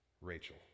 Rachel